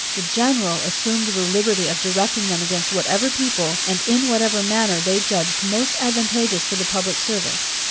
the general assumed the liberty of directing them against whatever people, and in whatever manner, they judged most advantageous for the public service.